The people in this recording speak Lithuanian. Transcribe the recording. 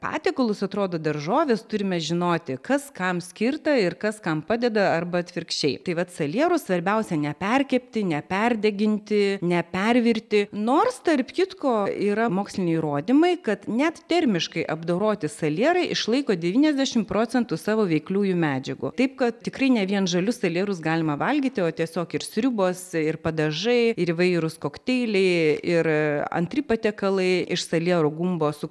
patiekalus atrodo daržovės turime žinoti kas kam skirta ir kas kam padeda arba atvirkščiai tai vat saliero svarbiausia neperkepti neperdeginti nepervirti nors tarp kitko yra moksliniai įrodymai kad net termiškai apdoroti salierai išlaiko devyniasdešimt procentų savo veikliųjų medžiagų taip kad tikrai ne vien žalius salierus galima valgyti o tiesiog ir sriubos ir padažai ir įvairūs kokteiliai ir antri patiekalai iš saliero gumbo su